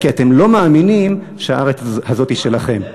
כי אתם לא מאמינים שהארץ הזאת היא שלכם.